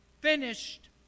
finished